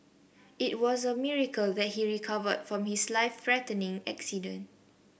it was a miracle that he recovered from his life threatening accident